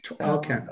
Okay